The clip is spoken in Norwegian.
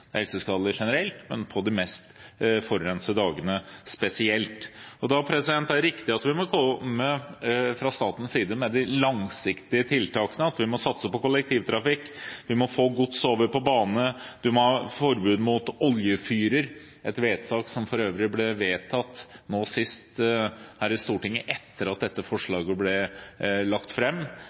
generelt, men på de mest forurensede dagene spesielt. Da er det riktig at vi fra statens side må komme med de langsiktige tiltakene. Vi må satse på kollektivtrafikk, vi må få gods over på bane, vi må ha forbud mot oljefyrer – et vedtak som for øvrig ble fattet nå sist her i Stortinget etter at dette forslaget ble lagt